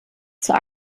zur